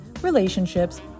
relationships